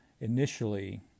initially